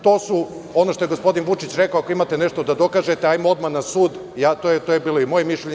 To su, ono što je gospodin Vučić rekao, ako imate nešto da dokažete, hajmo odmah na sud i to je i moje mišljenje.